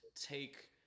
take